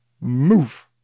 Move